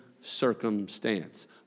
circumstance